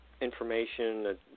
information